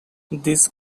this